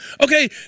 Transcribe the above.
Okay